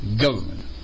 government